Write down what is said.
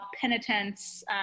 penitence